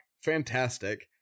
fantastic